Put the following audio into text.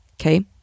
Okay